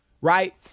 right